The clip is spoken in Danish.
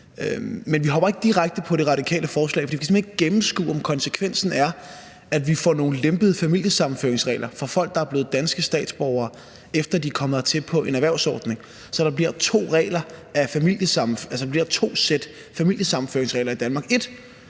Men vi hopper ikke direkte på det radikale forslag, for vi kan simpelt hen ikke gennemskue, om konsekvensen er, at vi får nogle lempede familiesammenføringsregler for folk, der er blevet danske statsborgere, efter de er kommet hertil på en erhvervsordning, altså således at der bliver to sæt familiesammenføringsregler i Danmark: